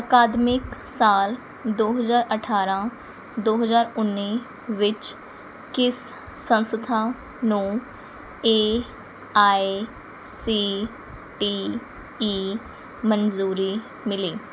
ਅਕਾਦਮਿਕ ਸਾਲ ਦੋ ਹਜ਼ਾਰ ਅਠਾਰ੍ਹਾਂ ਦੋ ਹਜ਼ਾਰ ਉੱਨੀ ਵਿੱਚ ਕਿਸ ਸੰਸਥਾ ਨੂੰ A I C T E ਮਨਜ਼ੂਰੀ ਮਿਲੀ